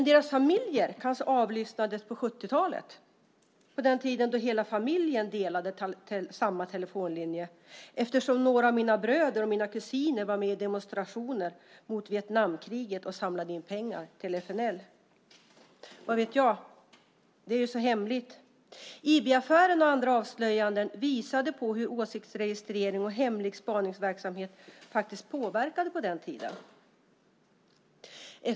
Deras telefoner kanske avlyssnades på 70-talet, på den tiden då hela familjen delade på samma telefonlinje, eftersom några av mina bröder och kusiner var med i demonstrationer mot Vietnamkriget och samlade in pengar till FNL. Vad vet jag? Det är ju så hemligt. IB-affären och andra avslöjanden visade på hur åsiktsregistrering och hemlig spaningsverksamhet faktiskt påverkade på den tiden.